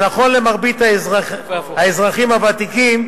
שנכון למרבית האזרחים הוותיקים,